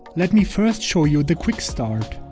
let me first show you the quick start.